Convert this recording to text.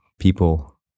People